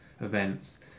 events